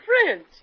French